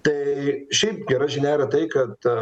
tai šiaip gera žinia yra tai kad